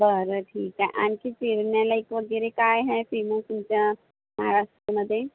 बरं ठीक आहे आणखी फिरण्यालायक वगैरे काय आहे फेमस तुमच्या महाराष्टमध्ये